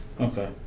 Okay